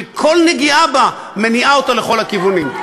שכל נגיעה בה מניעה אותה לכל הכיוונים.